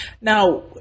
Now